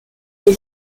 les